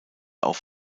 auch